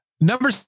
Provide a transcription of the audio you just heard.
Number